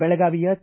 ಬೆಳಗಾವಿಯ ಕೆ